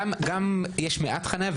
יש מעט חניה.